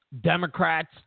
Democrats